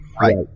Right